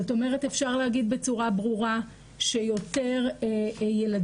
זאת אומרת אפשר להגיע בצורה ברורה שיותר ילדות